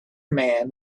man